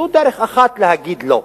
זו דרך אחת להגיד "לא".